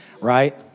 right